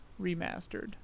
remastered